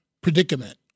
predicament